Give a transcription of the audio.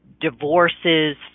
divorces